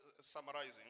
summarizing